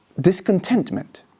discontentment